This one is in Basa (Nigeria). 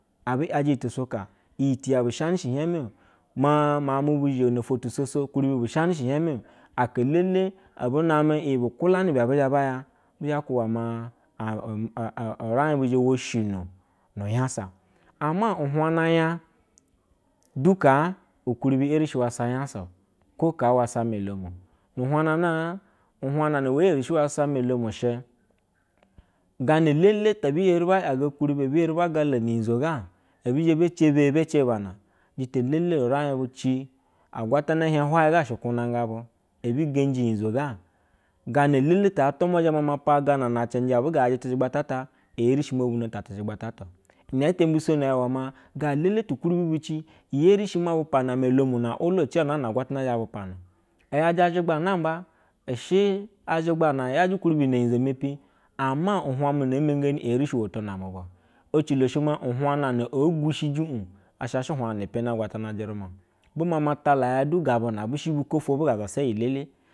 Abe yaje iyi tusuka, iyi teya be shanɛ shɛ ihiɛme o, maa miauk mu bu zhe no ofwo tusoso ukwuribi be shanɛ shel ihieme o, aka elele abu bame iyi bu kwulane ibe ebi zhe ba ya. Bi zhe kwuba maa, a uu uraij ba zhe wo shino ni-unyasa. Ama uhwa jna nya du kaa ukwuribi erishi wa sa unyasa o kwo kaa wa sa ame olom. Nu uhwanjna naa? Uhwajna na wee eri shi wa sa ame olom she, gana elele te ebi eri ba yaga ukwuribi ebi eri ba gala nu unyizo ga, ebi zhe beci beye be ce bana, jita elele uriaj bu ci, agwa tana hiej hwaye ha she ukwunajga bu, ebi genji unyizoga, gana elele ta atwa ama zhe mama pagana na xenjɛ abuga yajɛ tɛchɛgba ta ata, e eri shi mo bu nota tɛchegba ta ta o, inɛ ɛtɛ mbisono ya iwe maa gana elele tu ukwuri bu ci, ureshi ma bu pana ame olom na wulwa ci, anaa na agwatana xhe bu pana o, iyaje a zhegba namba i shɛ a zhegba na yajɛ ukwuribi na unyizo mepi ama nhwa mu na ee mengeni eeti shi woto na mu ba o. Ecilo she maa uhwagno ee gwushiji uj, asho she uhwajna na peni agwatana teruma o. Bu mama tala ya du gabu na be shɛ bukwofwo bu ga zasa iyi elele.